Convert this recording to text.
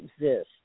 exist